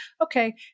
okay